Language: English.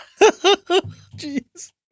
jeez